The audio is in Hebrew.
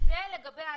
זה לגבי האטרקציות.